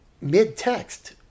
mid-text